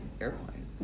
airplane